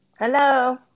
Hello